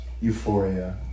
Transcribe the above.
euphoria